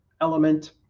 element